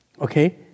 okay